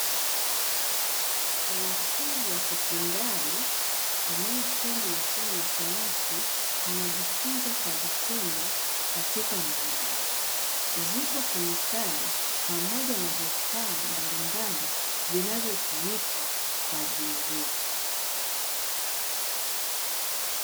Mwanafunzi wa sekondari anayesoma masomo ya sayansi anajifunza kwa vitendo katika maabara, zipo kemikali pamoja na vifaa mbalimbali vinavyotumika kwaajili hiyo.